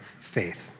faith